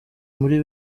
muri